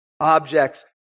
objects